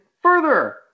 further